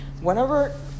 Whenever